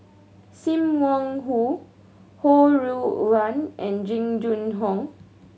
Sim Wong Hoo Ho Rui An and Jing Jun Hong